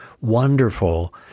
wonderful